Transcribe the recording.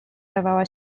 dawała